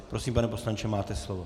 Prosím, pane poslanče, máte slovo.